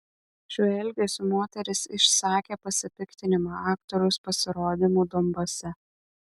šiuo elgesiu moteris išsakė pasipiktinimą aktoriaus pasirodymu donbase